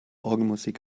orgelmusik